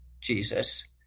Jesus